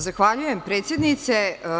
Zahvaljujem predsednice.